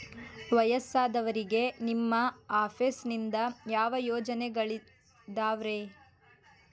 ವಯಸ್ಸಾದವರಿಗೆ ನಿಮ್ಮ ಆಫೇಸ್ ನಿಂದ ಯಾವ ಯೋಜನೆಗಳಿದಾವ್ರಿ?